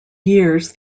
years